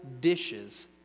dishes